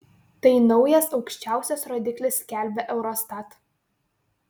tai naujas aukščiausias rodiklis skelbia eurostat